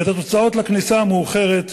ואת תוצאות הכניסה המאוחרת,